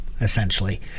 essentially